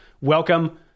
welcome